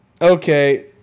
Okay